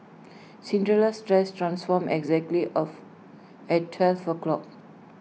Cinderella's dress transformed exactly of at twelve o'clock